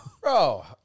Bro